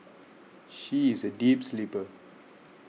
she is a deep sleeper